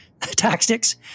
tactics